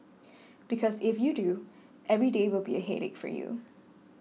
because if you do every day will be a headache for you